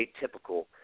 atypical